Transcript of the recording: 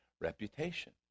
reputation